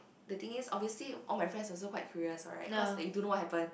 the thing is obviously all my friends also quite curious right cause they don't know what happen